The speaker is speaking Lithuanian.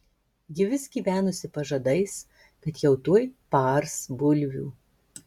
ji vis gyvenusi pažadais kad jau tuoj paars bulvių